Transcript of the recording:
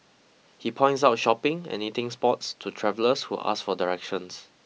he points out shopping and eating spots to travellers who ask for directions